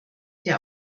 der